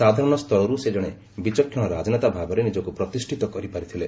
ସାଧାରଣସ୍ତରରୁ ସେ ଜଣେ ବିଚକ୍ଷଣ ରାଜନେତା ଭାବରେ ନିଜକୁ ପ୍ରତିଷ୍ଠିତ କରିପାରିଥିଲେ